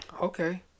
okay